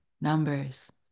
numbers